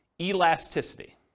Elasticity